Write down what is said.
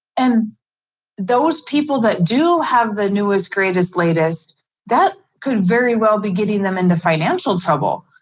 and those people that do have the newest, greatest, latest that could very well be getting them into financial trouble.